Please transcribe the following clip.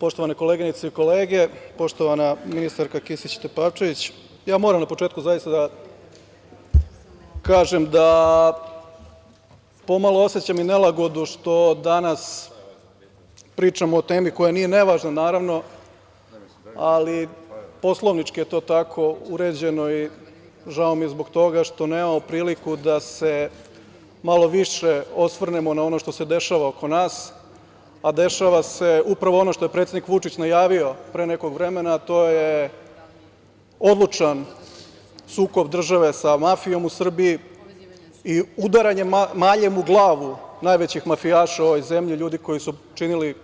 Poštovane koleginice i kolege, poštovana ministarka Kisić Tepavčević, ja moram na početku zaista da kažem da pomalo osećam i nelagodu što danas pričamo o temi koja nije nevažna naravno, ali poslovnički je to tako uređeno i žao mi je zbog toga što nemamo priliku da se malo više osvrnemo na ono što se dešava oko nas, a dešava se upravo ono što je predsednik Vučić najavio pre nekog vremena, a to je odlučan sukob države sa mafijom u Srbiji i udaranje maljem u glavu najvećeg mafijaša u ovoj zemlji, ljudi koji su činili